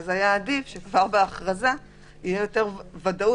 במצב כזה עדיף שכבר בהכרזה תהיה יותר ודאות